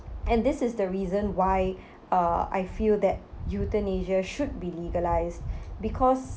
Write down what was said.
and this is the reason why uh I feel that euthanasia should be legalized because